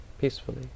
peacefully